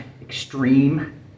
Extreme